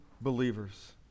believers